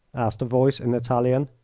asked a voice, in italian.